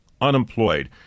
unemployed